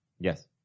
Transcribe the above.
Yes